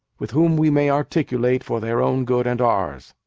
with whom we may articulate for their own good and ours.